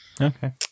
Okay